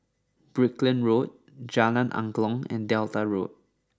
Brickland Road Jalan Angklong and Delta Road